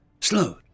slowed